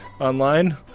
online